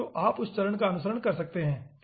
तो आप उस चरण का अनुसरण कर सकते हैं ठीक है